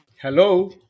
Hello